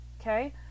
Okay